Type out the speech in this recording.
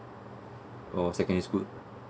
or secondary school